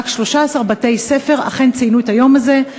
רק 13 אכן ציינו את היום הזה.